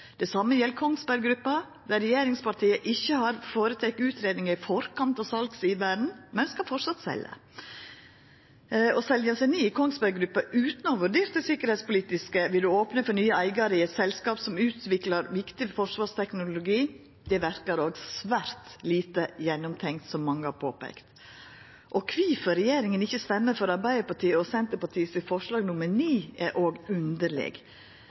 Det same gjeld Kongsberg Gruppa, der regjeringspartia ikkje har føreteke utgreiingar i forkant av salsiveren, men skal framleis selja. Å selja seg ned i Kongsberg Gruppa utan å ha vurdert det tryggingspolitiske ville opna for nye eigarar i eit selskap som utviklar viktig forsvarsteknologi. Det verkar svært lite gjennomtenkt, som mange har peika på. Kvifor regjeringa ikkje stemmer for Arbeidarpartiet og Senterpartiet sitt forslag nr. 9, er også underleg